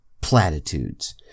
platitudes